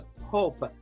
hope